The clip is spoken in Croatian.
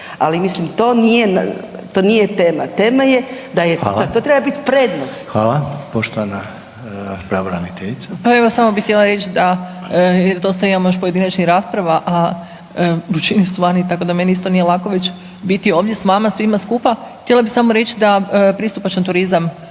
ali mislim, to nije tema, tema je .../Upadica: Hvala./... da je, da to treba biti prednost. **Reiner, Željko (HDZ)** Hvala. Poštovana pravobraniteljica. **Slonjšak, Anka** Pa evo, samo bi htjela reći da, dosta imamo još pojedinačnih rasprava, a vrućine su vani, tako da meni isto nije lako već biti ovdje s vama svima skupa. Htjela bih samo reći da pristupačan turizam